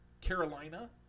Carolina